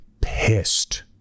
pissed